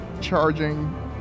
charging